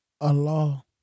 Allah